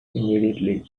immediately